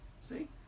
See